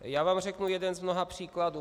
Já vám řeknu jeden z mnoha příkladů.